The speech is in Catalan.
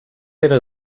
era